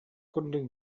курдук